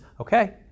Okay